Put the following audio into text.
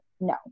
no